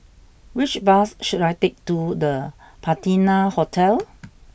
which bus should I take to the Patina Hotel